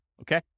Okay